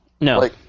No